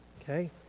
Okay